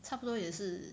差不多也是